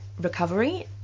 recovery